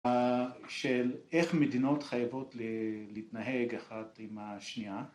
‫של איך מדינות חייבות ‫להתנהג אחת עם השנייה.